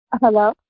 Hello